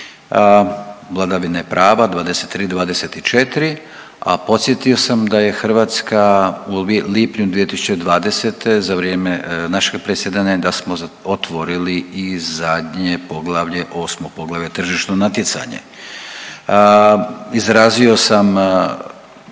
vladavine prava 23, 24, a podsjetio sam da je Hrvatska u lipnju 2020. za vrijeme našeg predsjedanja, da smo otvorili i zadnje poglavlje, 8. poglavlje tržišno natjecanje. Izrazio sam g.